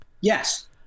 Yes